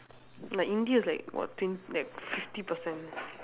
like india is like what twen~ like fifty percent